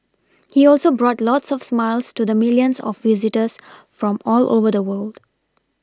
he also brought lots of smiles to the milLions of visitors from all over the world